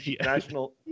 National